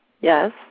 Yes